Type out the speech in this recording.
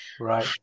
right